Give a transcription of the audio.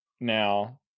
now